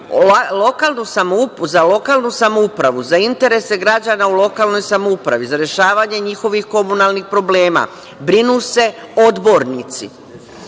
lokalnu samoupravu, za interese građana u lokalnoj samoupravi, za rešavanje njihovih komunalnih problema brinu se odbornici,